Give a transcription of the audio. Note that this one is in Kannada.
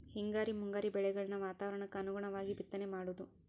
ಹಿಂಗಾರಿ ಮುಂಗಾರಿ ಬೆಳೆಗಳನ್ನ ವಾತಾವರಣಕ್ಕ ಅನುಗುಣವಾಗು ಬಿತ್ತನೆ ಮಾಡುದು